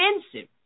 expensive